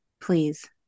please